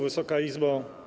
Wysoka Izbo!